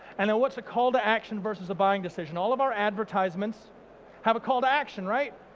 and then what's a call to action versus a buying decision? all of our advertisements have a call to action right?